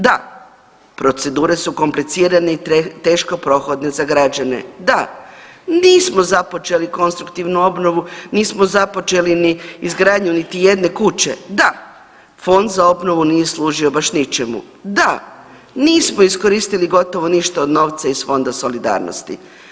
Da, procedure su komplicirane i teško prohodne za građane, da, nismo započeli konstruktivnu obnovu, nismo započeli ni izgradnju niti jedne kuće, da, Fond za obnovu nije služio baš ničemu, da, nismo iskoristili gotovo ništa novca iz Fonda solidarnosti.